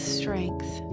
strength